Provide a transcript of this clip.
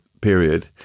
period